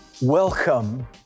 Welcome